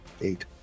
Eight